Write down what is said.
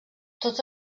tots